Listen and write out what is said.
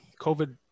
COVID